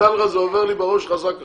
דע לך, זה עובר לי בראש חזק עכשיו.